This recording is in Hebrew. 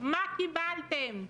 מה קיבלתם?